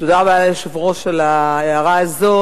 תודה רבה ליושב-ראש על ההערה הזאת.